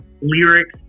lyrics